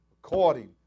according